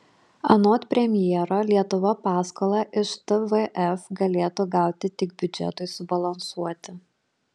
anot premjero lietuva paskolą iš tvf galėtų gauti tik biudžetui subalansuoti